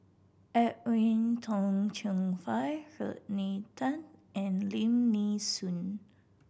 Edwin Tong Chun Fai Rodney Tan and Lim Nee Soon